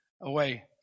away